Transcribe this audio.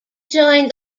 joined